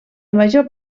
major